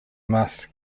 must